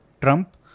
Trump